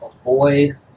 avoid